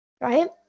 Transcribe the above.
right